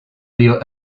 río